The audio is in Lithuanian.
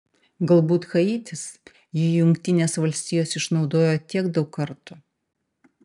galbūt haitis jį jungtinės valstijos išnaudojo tiek daug kartų